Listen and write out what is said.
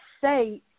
say